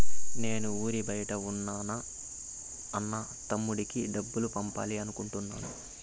నేను ఊరి బయట ఉన్న నా అన్న, తమ్ముడికి డబ్బులు పంపాలి అనుకుంటున్నాను